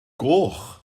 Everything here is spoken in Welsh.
goch